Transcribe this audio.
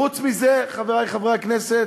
חוץ מזה, חברי חברי הכנסת,